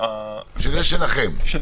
שזה שלכם, שיהיה ברור.